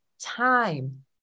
time